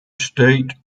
state